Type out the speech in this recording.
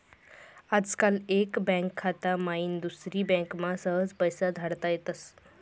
आजकाल एक बँक खाता माईन दुसरी बँकमा सहज पैसा धाडता येतस